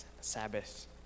Sabbath